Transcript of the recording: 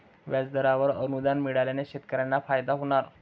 व्याजदरावर अनुदान मिळाल्याने शेतकऱ्यांना फायदा होणार